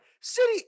City